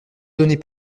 données